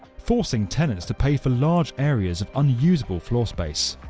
forcing tenants to pay for large areas of unusable floor space.